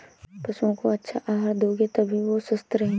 पशुओं को अच्छा आहार दोगे तभी वो स्वस्थ रहेंगे